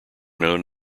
known